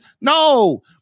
No